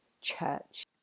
church